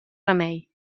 remei